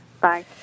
Bye